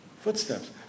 footsteps